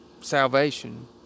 salvation